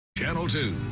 channel two.